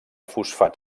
fosfat